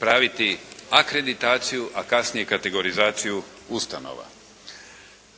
praviti akreditaciju a kasnije kategorizaciju ustanova.